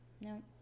no